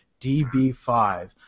DB5